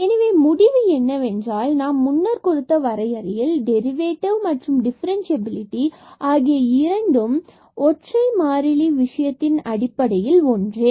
எனவே முடிவு என்னவென்றால் நாம் முன்னர் கொடுத்த வரையறையில் டிரைவேட்டிவ் மற்றும் டிஃபரென்ஷியபிலிட்டி ஆகிய இரண்டும் ஒற்றை மாறி விஷயத்தில் அடிப்படையில் ஒன்றே